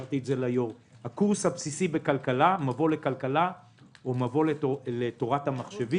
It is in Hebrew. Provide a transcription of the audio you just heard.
הקורס הבסיסי בכלכלה מבוא לכלכלה או מבוא לתורת המחשבים